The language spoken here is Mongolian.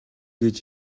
гэж